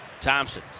Thompson